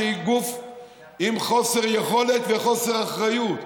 שהיא גוף עם חוסר יכולת וחוסר אחריות,